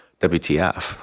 WTF